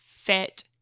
fit